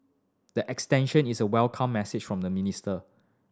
the extension is a welcome message from the minister